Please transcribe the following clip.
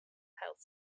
health